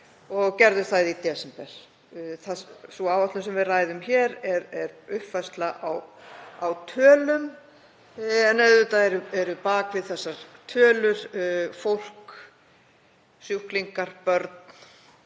og gerðu það í desember. Sú áætlun sem við ræðum hér er uppfærsla á tölum, en auðvitað eru á bak við þessar tölur fólk, sjúklingar, börn